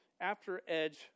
after-edge